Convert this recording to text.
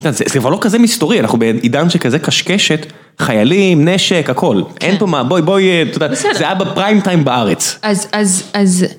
זה אבל לא כזה מסתורי, אנחנו בעידן שכזה קשקשת, חיילים, נשק, הכל, אין פה מה, בואי, את יודעת, זה היה בפריים טיים בארץ.